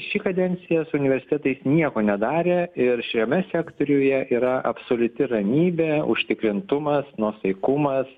ši kadencija su universitetais nieko nedarė ir šiame sektoriuje yra absoliuti ramybė užtikrintumas nuosaikumas